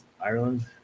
Ireland